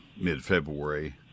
mid-February